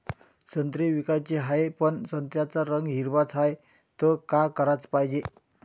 संत्रे विकाचे हाये, पन संत्र्याचा रंग हिरवाच हाये, त का कराच पायजे?